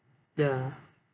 ya